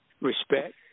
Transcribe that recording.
respect